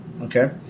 Okay